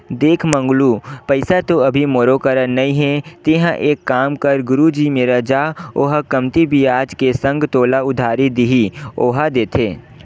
देख मंगलू पइसा तो अभी मोरो करा नइ हे तेंहा एक काम कर गुरुजी मेर जा ओहा कमती बियाज के संग तोला उधारी दिही ओहा देथे